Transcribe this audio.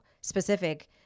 specific